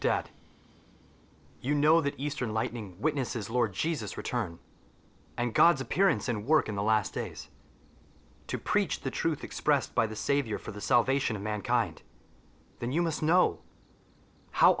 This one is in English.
debt you know that eastern lightning witnesses lord jesus return and god's appearance and work in the last days to preach the truth expressed by the savior for the salvation of mankind then you must know how